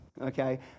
okay